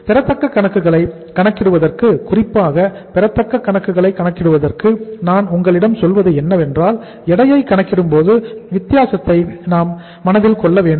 பெறத்தக்க கணக்குகளை கணக்கிடுவதற்கு குறிப்பாக பெறத்தக்க கணக்குகளை கணக்கிடுவதற்கு நான் உங்களிடம் சொல்வது என்னவென்றால் எடையை கணக்கிடும்போது வித்தியாசத்தை நாம் மனதில் கொள்ளவேண்டும்